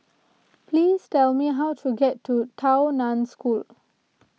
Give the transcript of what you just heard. please tell me how to get to Tao Nan School